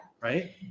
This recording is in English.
Right